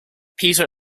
peter